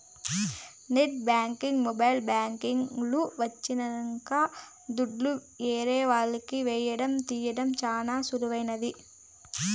net banking mobile banking లు వచ్చినంక దుడ్డు ఏరే వాళ్లకి ఏయడం తీయడం చానా సులువైంది